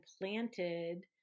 planted